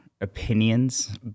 opinions